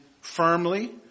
firmly